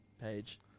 page